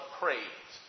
praise